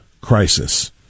crisis